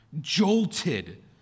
jolted